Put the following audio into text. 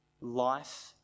Life